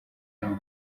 n’ubwo